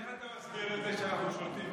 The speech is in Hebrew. איך אתה מסביר את זה שאנחנו שולטים בכול?